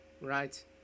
right